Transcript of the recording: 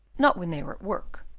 not when they are at work,